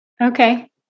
Okay